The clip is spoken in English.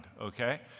okay